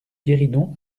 guéridon